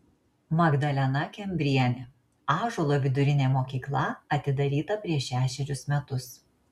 magdalena kembrienė ąžuolo vidurinė mokykla atidaryta prieš šešerius metus